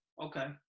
Okay